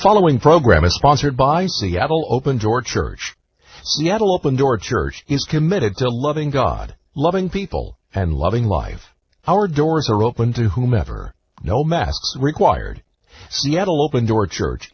following program is sponsored by the havel open door church yet all open door church is committed to loving god loving people and loving life our doors are open to whomever no mass required seattle open door church